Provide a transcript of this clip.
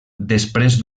després